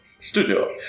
studio